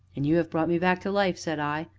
and you have brought me back to life, said i,